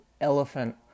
Elephant